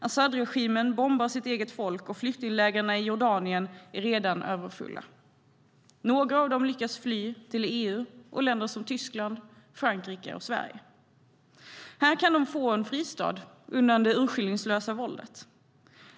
Asadregimen bombar sitt eget folk, och flyktinglägren i Jordanien är redan överfulla. Några av dem lyckas fly till EU och länder som Tyskland, Frankrike och Sverige. Här kan de få en fristad undan det urskillningslösa våldet.